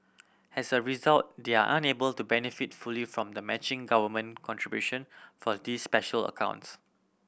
as a result they are unable to benefit fully from the matching government contribution for these special accounts